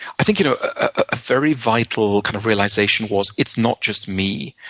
i think you know a very vital kind of realization was, it's not just me.